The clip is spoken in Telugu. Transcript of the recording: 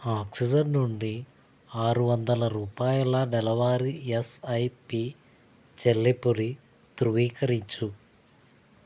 ఆక్సిజెన్ నుండి ఆరు వందల రూపాయల నెలవారీ యస్ఐపి చెల్లింపుని ధృవీకరించు